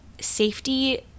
safety